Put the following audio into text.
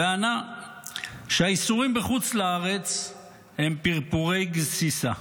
וענה שהייסורים בחוץ לארץ הם פרפורי גסיסה,